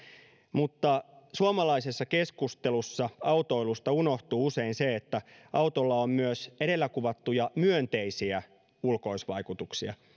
mutta suomalaisessa keskustelussa autoilusta unohtuu usein se että autolla on myös edellä kuvattuja myönteisiä ulkoisvaikutuksia